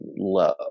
low